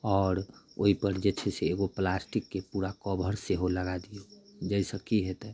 आओर ओइपर जे छै से एगो प्लास्टिकके पूरा कवर सेहो लगा दियौ जाहिसँ की हेतै